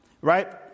right